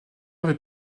avait